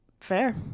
Fair